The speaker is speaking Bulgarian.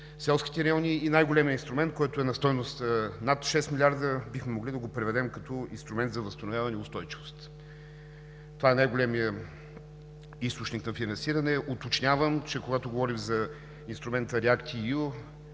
селските райони, и най-големият инструмент, който е на стойност над 6 милиарда, бихме могли да го преведем като инструмент за възстановяване и устойчивост. Това е най-големият източник на финансиране. Уточнявам, че когато говорим за инструмента React-EU,